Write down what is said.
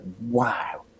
wow